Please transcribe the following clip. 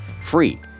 free